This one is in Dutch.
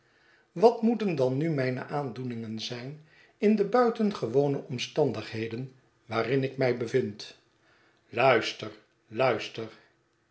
wat moeten dan nu mijne aandoeningen zijn in de buitengewone omstandigheden waarin ik my bevind luister luister